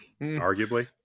Arguably